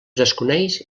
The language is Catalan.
desconeix